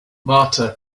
marta